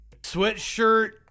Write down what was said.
sweatshirt